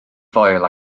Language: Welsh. foel